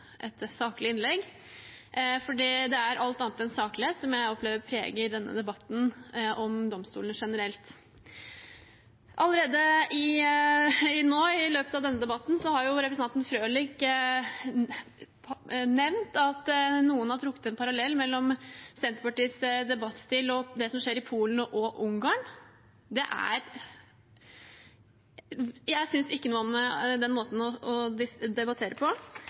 saklig innlegg. Det er alt annet enn saklig, det som jeg opplever preger debatten om domstolene generelt. Allerede nå i løpet av denne debatten har representanten Frølich nevnt at noen har trukket en parallell mellom Senterpartiets debattstil og det som skjer i Polen og Ungarn. Jeg synes ikke noe om den måten å debattere på.